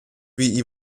wie